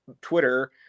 Twitter